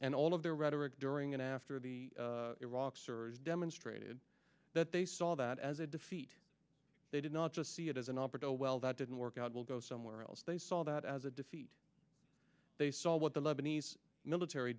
and all of their rhetoric during and after the iraq surge demonstrated that they saw that as a defeat they did not just see it as an opera dowell that didn't work out will go somewhere else they saw that as a defeat they saw what the lebanese military